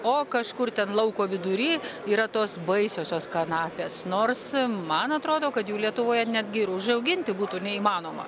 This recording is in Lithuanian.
o kažkur ten lauko vidury yra tos baisiosios kanapės nors man atrodo kad jų lietuvoje netgi ir užauginti būtų neįmanoma